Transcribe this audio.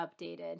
updated